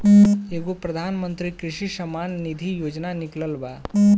एगो प्रधानमंत्री कृषि सम्मान निधी योजना निकलल बा